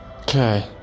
Okay